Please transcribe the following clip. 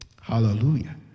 Hallelujah